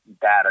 data